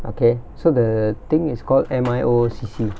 okay so the thing is called M_I_O_O_C_C